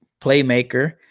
playmaker